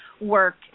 work